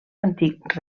antic